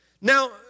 Now